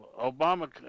Obama